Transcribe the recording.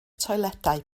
toiledau